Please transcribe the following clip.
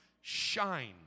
shine